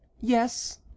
yes